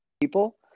people